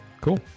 Cool